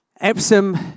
Epsom